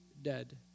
dead